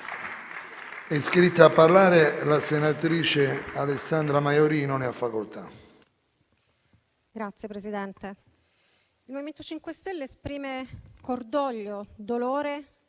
il MoVimento 5 Stelle esprime cordoglio, dolore e sgomento